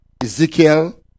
Ezekiel